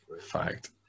Fact